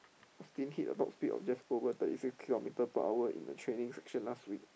Austin hit about speed of just over thirty six kilometer per hour in the training last week